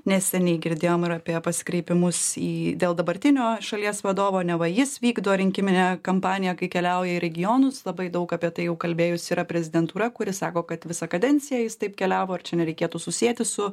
neseniai girdėjom ir apie pasikreipimus į dėl dabartinio šalies vadovo neva jis vykdo rinkiminę kampaniją kai keliauja į regionus labai daug apie tai jau kalbėjusi yra prezidentūra kuri sako kad visą kadenciją jis taip keliavo ar čia nereikėtų susieti su